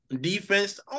Defense